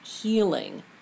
healing